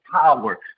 power